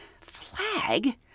Flag